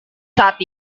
saat